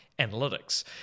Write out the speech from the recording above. analytics